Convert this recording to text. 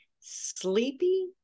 sleepy